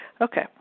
Okay